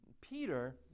Peter